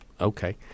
Okay